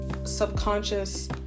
subconscious